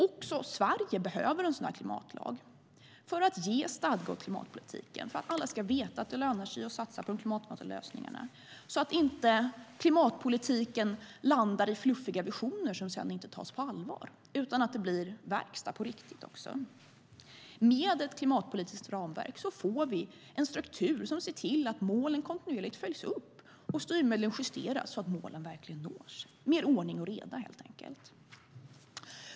Också Sverige behöver en sådan här klimatlag för att ge stadga åt klimatpolitiken och för att alla ska veta att det lönar sig att satsa på de klimatsmarta lösningarna. Klimatpolitiken får inte landa i fluffiga visioner som sedan inte tas på allvar. Det måste också bli verkstad på riktigt. Med ett klimatpolitiskt ramverk får vi en struktur som ser till att målen kontinuerligt följs upp och att styrmedlen justeras så att målen verkligen nås - mer ordning och reda, helt enkelt.